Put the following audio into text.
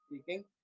speaking